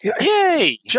yay